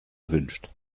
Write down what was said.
erwünscht